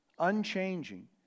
unchanging